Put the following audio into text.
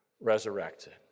resurrected